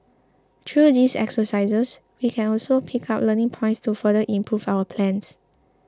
through these exercises we can also pick up learning points to further improve our plans